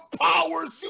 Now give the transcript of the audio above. Powers